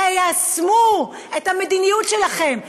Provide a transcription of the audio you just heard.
תיישמו את המדיניות שלכם.